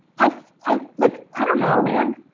i, i like, i dunno man.